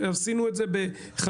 עשינו את זה בסוף,